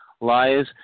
lies